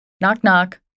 Knock-knock